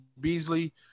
Beasley